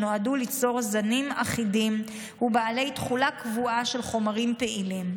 שנועדו ליצור זנים אחידים ובעלי תכולה קבועה של חומרים פעילים,